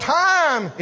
time